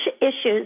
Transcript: issues